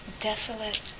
desolate